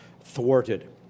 thwarted